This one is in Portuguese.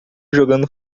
jogando